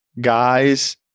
guys